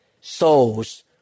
souls